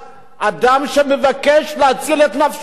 אדם שמבקש להציל את נפשו.